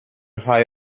rhai